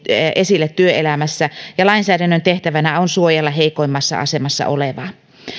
esille työelämässä ja lainsäädännön tehtävänä on suojella heikoimmassa asemassa olevaa